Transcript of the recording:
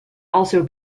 also